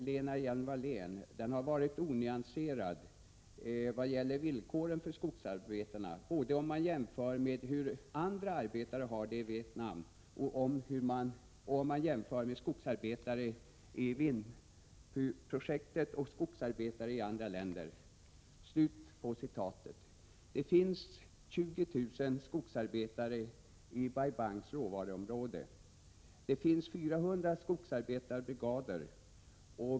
Lena Hjelm-Wallén: Den har varit onyanserad vad gäller villkoren för skogsarbetarna både om man jämför med hur andra arbetare har det i Vietnam och om man jämför med skogsarbetare i Vinh Phu-projektet och skogsarbetare i andra länder. Det finns 20 000 skogsarbetare i Bai Bangs råvaruområde. Det finns 400 skogsarbetarbrigader.